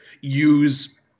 use